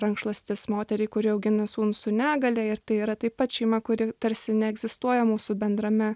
rankšluostis moteriai kuri augina sūnų su negalia ir tai yra taip pat šeima kuri tarsi neegzistuoja mūsų bendrame